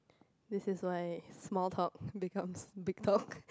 this is why small talk becomes big talk